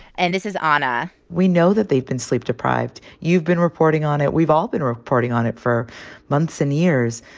and this is ana we know that they've been sleep-deprived. you've been reporting on it. we've all been reporting on it for months and years.